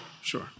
sure